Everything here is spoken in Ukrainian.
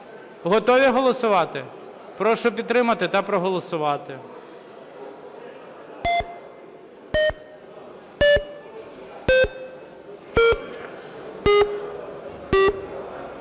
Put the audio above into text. Готові голосувати? Прошу підтримати та проголосувати.